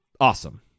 Awesome